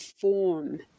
form